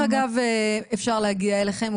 אגב אפשר להגיע אליכם?